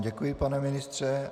Děkuji vám, pane ministře.